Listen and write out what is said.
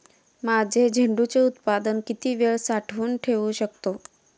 माझे झेंडूचे उत्पादन किती वेळ साठवून ठेवू शकतो?